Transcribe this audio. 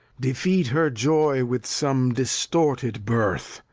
defeat her joy with some distorted birth,